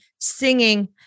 singing